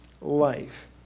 life